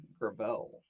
Gravel